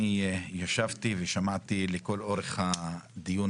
ישבתי ושמעתי את הדיון